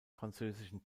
französischen